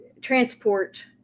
transport